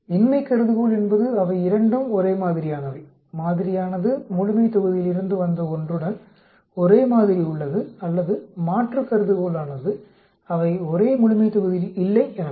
இன்மை கருதுகோள் என்பது அவை இரண்டும் ஒரே மாதிரியானவை மாதிரியானது முழுமைத்தொகுதியிருந்து வந்த ஒன்றுடன் ஒரே மாதிரி உள்ளது அல்லது மாற்று கருதுகோளானது அவை ஒரே முழுமைத்தொகுதியில் இல்லை எனலாம்